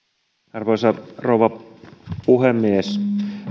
arvoisa rouva puhemies